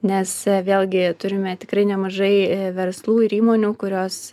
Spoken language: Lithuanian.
nes vėlgi turime tikrai nemažai verslų ir įmonių kurios